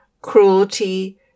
cruelty